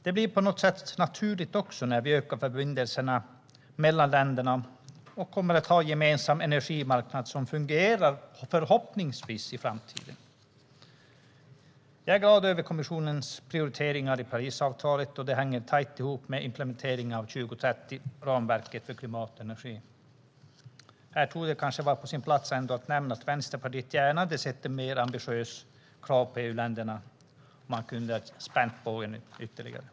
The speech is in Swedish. Det blir naturligt när vi ökar förbindelserna mellan länderna och förhoppningsvis kommer att ha en fungerande gemensam energimarknad i framtiden. Jag är glad över att kommissionen prioriterar Parisavtalet, och det hänger tajt ihop med implementeringen av 2030-ramverket för klimat och energi. Här torde det vara på sin plats att nämna att Vänsterpartiet gärna hade sett mer ambitiösa krav på EU-länderna. De kunde ha spänt bågen ytterligare.